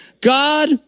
God